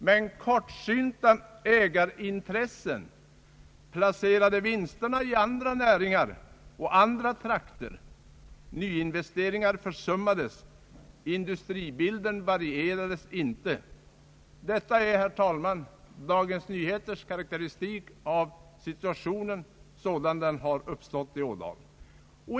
Men kortsynta ägarintressen placerade vinsterna i andra näringar och andra trakter, nyinvesteringar försummades, industribilden varierades inte.» Detta är, herr talman, Dagens Nyheters karakteristik av situationen sådan den har uppstått i Ådalen.